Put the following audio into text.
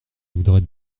voudrais